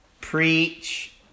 preach